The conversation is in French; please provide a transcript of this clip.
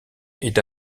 est